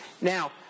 Now